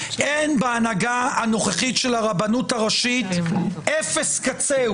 אין בהנהגה הנוכחית של הרבנות הראשית אפס קצהו